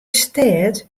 stêd